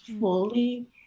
fully